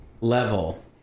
Level